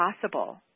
possible